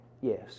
Yes